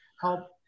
help